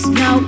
no